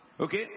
Okay